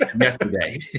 yesterday